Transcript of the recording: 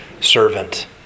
servant